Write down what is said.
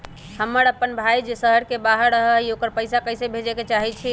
हमर अपन भाई जे शहर के बाहर रहई अ ओकरा पइसा भेजे के चाहई छी